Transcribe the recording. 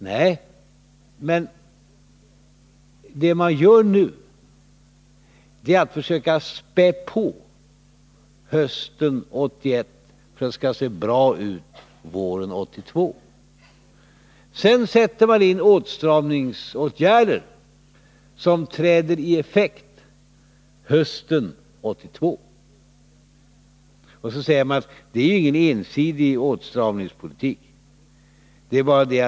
Nej, men det regeringen nu gör är att den försöker spä på med vissa åtgärder hösten 1981 för att det skall se bra ut våren 1982. Sedan sätter man in åtstramningsåtgärder som får effekt hösten 1982. Det är ingen ensidig åtstramningspolitik, säger Ola Ullsten.